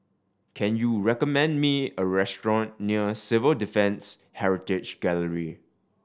can you recommend me a restaurant near Civil Defence Heritage Gallery